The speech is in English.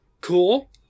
cool